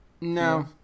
No